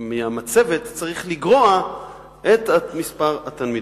צריך לגרוע את המספר ממצבת התלמידות.